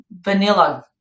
vanilla